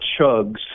chugs